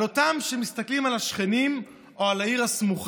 על אלה שמסתכלים על השכנים או על העיר הסמוכה,